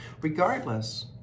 Regardless